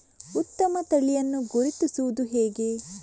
ಉತ್ತಮ ತಳಿಯನ್ನು ಗುರುತಿಸುವುದು ಹೇಗೆ?